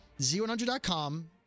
Z100.com